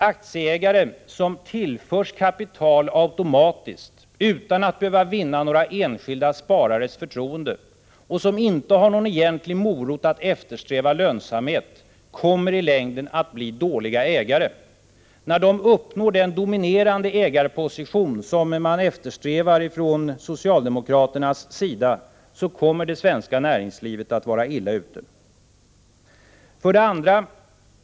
Aktieägare som tillförs kapital automatiskt, utan att behöva vinna några enskilda sparares förtroende och som inte har någon egentlig morot att eftersträva lönsamhet, kommer i längden att bli dåliga ägare. När de uppnår den dominerade ägarposition som man eftersträvar från socialdemokraternas sida, kommer det svenska näringslivet att vara illa ute. 2.